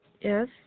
Yes